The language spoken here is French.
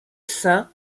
saint